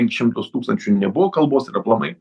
penkis šimtus tūkstančių nebuvo kalbos ir aplamai